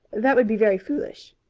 that would be very foolish,